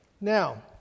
Now